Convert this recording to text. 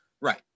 Right